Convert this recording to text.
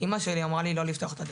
אמא שלי אמרה לי לא לפתוח את הדלת,